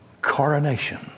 coronation